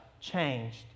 changed